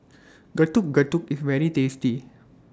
Getuk Getuk IS very tasty